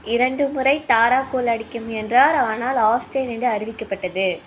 இரண்டு முறை தாரா கோல் அடிக்க முயன்றார் ஆனால் ஆஃப்சைட் என்று அறிவிக்கப்பட்டது